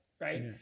right